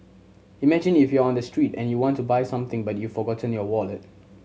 imagine if you're on the street and you want to buy something but you've forgotten your wallet